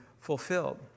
fulfilled